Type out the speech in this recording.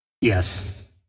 Yes